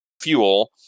fuel